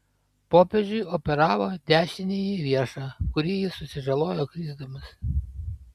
popiežiui operavo dešinįjį riešą kurį jis susižalojo krisdamas